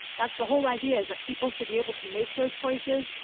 that's the whole idea, is that people should be able to make those choices,